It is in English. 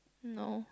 no